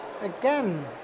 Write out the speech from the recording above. again